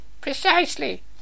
precisely